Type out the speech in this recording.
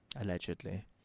Allegedly